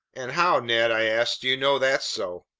and how, ned, i asked, do you know that's so?